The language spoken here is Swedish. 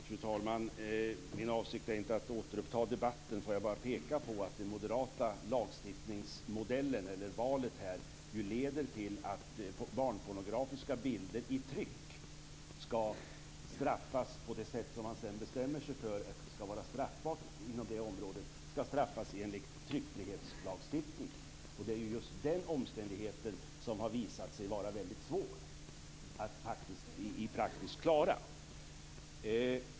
Fru talman! Min avsikt är inte att återuppta debatten. Jag vill bara peka på att det moderata lagstiftningsvalet leder till att barnpornografiska bilder i tryck skall straffas enligt tryckfrihetslagstiftningen. Det är just den omständigheten som har visat sig vara praktiskt väldigt svår att klara.